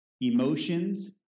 emotions